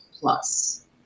plus